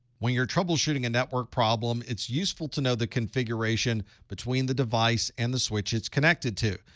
when you're troubleshooting a network problem, it's useful to know the configuration between the device and the switch it's connected to.